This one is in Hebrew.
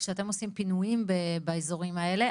כשאתם עושים פינויים באזורים האלה,